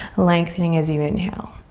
lengthening as you inhale.